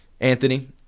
Anthony